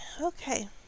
Okay